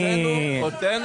הוצאנו --- תקשיב,